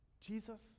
Jesus